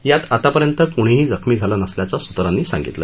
यात आतापर्यंत क्णीही जखमी झालं नसल्याचं सूत्रांनी सांगितलं